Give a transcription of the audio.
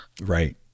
Right